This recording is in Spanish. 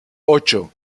ocho